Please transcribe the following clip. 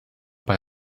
bei